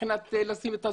מבחינת לשים את המחיצה,